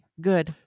good